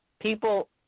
people